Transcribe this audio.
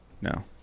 No